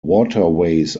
waterways